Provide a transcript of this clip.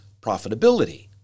profitability